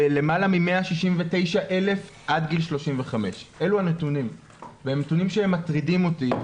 ולמעלה מ-169,000 כאלו עד גיל 35. אלו נתונים שמטרידים אותי.